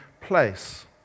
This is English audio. place